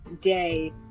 day